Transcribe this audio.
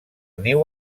niu